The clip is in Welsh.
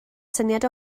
syniad